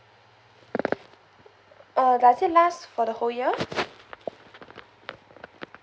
uh does it last for the whole year